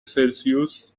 سلسیوس